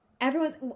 everyone's